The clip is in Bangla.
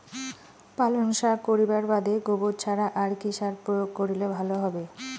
পালং শাক করিবার বাদে গোবর ছাড়া আর কি সার প্রয়োগ করিলে ভালো হবে?